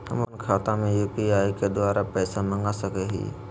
हम अपन खाता में यू.पी.आई के द्वारा पैसा मांग सकई हई?